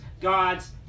God's